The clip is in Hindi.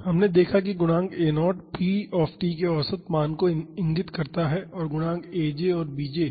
हमने देखा है कि गुणांक a0 p के औसत मान को इंगित करता है और गुणांक aj और bj